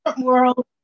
world